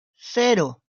cero